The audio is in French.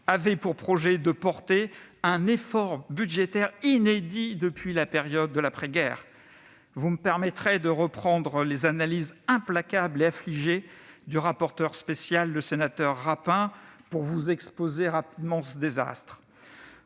assigner pour projet de porter « un effort budgétaire inédit depuis la période de l'après-guerre ». Vous me permettrez de reprendre les analyses implacables et affligées du rapporteur spécial, le sénateur Rapin, pour vous exposer rapidement ce désastre.